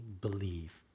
believe